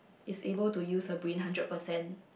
is able to use her brain hundred percent